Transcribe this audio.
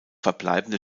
verbleibende